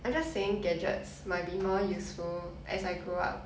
I'm just saying gadgets might be more useful as I grew up